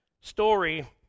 story